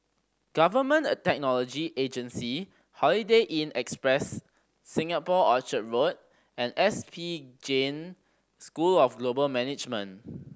Government a Technology Agency Holiday Inn Express Singapore Orchard Road and S P Jain School of Global Management